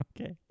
okay